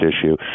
issue